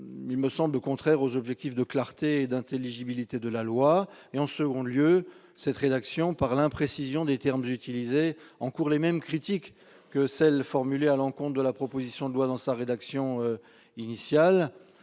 Ils me semblent donc contraires aux objectifs de clarté et d'intelligibilité de la loi. En second lieu, cette rédaction, par l'imprécision des termes utilisés, encourt les mêmes critiques que celles qui ont été formulées à l'encontre de la proposition de loi dans sa rédaction initiale.